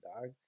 dog